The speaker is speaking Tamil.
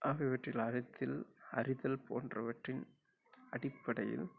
ஆகவற்றில் அறித்தில் அறிதல் போன்றவற்றின் அடிப்படையில்